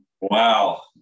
Wow